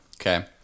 Okay